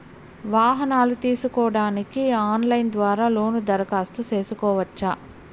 వాహనాలు తీసుకోడానికి ఆన్లైన్ ద్వారా లోను దరఖాస్తు సేసుకోవచ్చా?